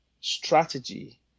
strategy